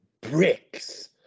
bricks